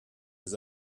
his